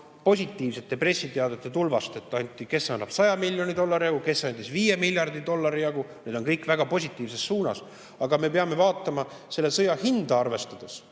positiivsete pressiteadete tulvast, et kes annab 100 miljoni dollari jagu, kes andis 5 miljardi dollari jagu – need on kõik väga positiivses suunas. Aga me peame vaatama selle sõja hinda arvestades